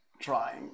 trying